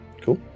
Cool